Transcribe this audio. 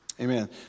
Amen